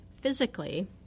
physically